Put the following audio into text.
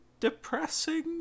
depressing